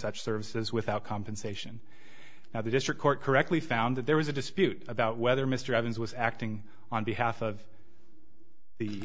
such services without compensation now the district court correctly found that there was a dispute about whether mr evans was acting on behalf of the